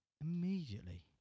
immediately